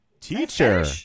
teacher